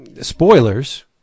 spoilers